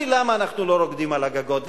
כתבתי למה אנחנו לא רוקדים על הגגות.